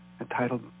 entitled